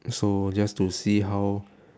so just to see how